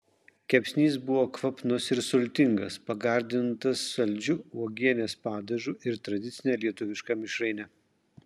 kepsnys buvo kvapnus ir sultingas pagardintas saldžiu uogienės padažu ir tradicine lietuviška mišraine